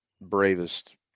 bravest